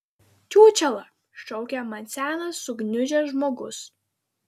čiūčela šaukia man senas sugniužęs žmogus